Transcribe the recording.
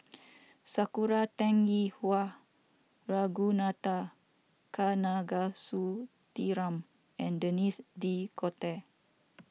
Sakura Teng Ying Hua Ragunathar Kanagasuntheram and Denis D'Cotta